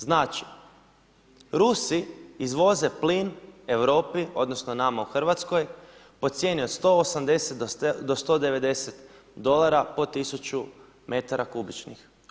Znači Rusi izvoze plin Europi odnosno nama u Hrvatskoj po cijeni od 180 do 190 dolara po tisuću metara kubičnih.